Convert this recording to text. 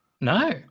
No